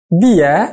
dia